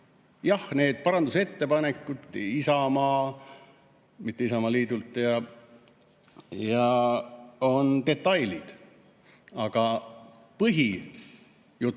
Jah, need parandusettepanekud Isamaalt, mitte Isamaaliidult, on detailid. Aga põhijutt,